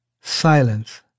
Silence